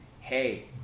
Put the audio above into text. hey